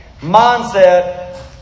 mindset